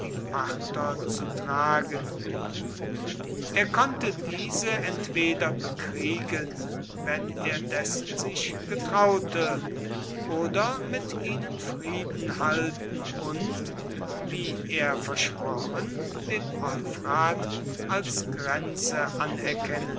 parther zu tragen er konnte diese entweder bekriegen wenn er dessen sich getraute oder mit ihnen frieden halten und wie er versprochen den euphrat als grenze anerkennen